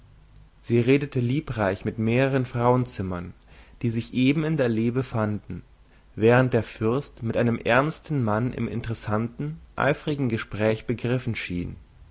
sie redete liebreich mit mehreren frauenzimmern die sich eben in der allee befanden während der fürst mit einem ernsten mann im interessanten eifrigen gespräch begriffen schien